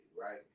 right